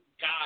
God